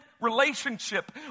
relationship